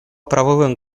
правовым